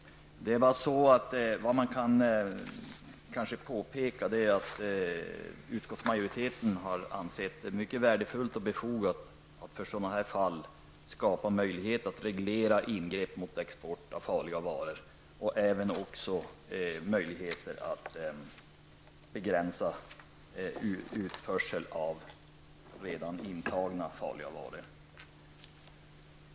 Vad man kanske dock kan påpeka är att utskottsmajoriteten har ansett det värdefullt och befogat att för sådana här fall skapa möjlighet att reglera ingrepp mot export av farliga varor och även möjlighet att begränsa utförsel av redan införda farliga varor.